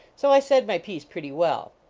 so i said my piece pretty well.